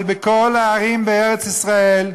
אבל בכל הערים בארץ-ישראל,